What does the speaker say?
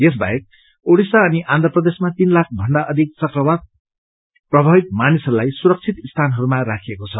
यस बाहेक ओडिसा अनि आन्ध्र प्रदेशमा तीन लाख भन्दा अधिक चक्रवात प्रभावित मानिसहरूलाई सुरक्षित स्थानहरूमा राखिएको छ